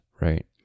right